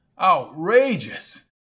Outrageous